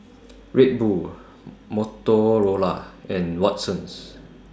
Red Bull Motorola and Watsons